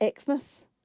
Xmas